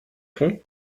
fond